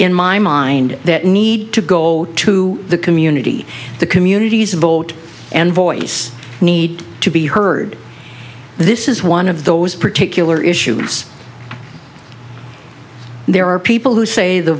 in my mind that need to go to the community the communities vote and voice need to be heard this is one of those particular issues there are people who say the